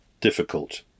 difficult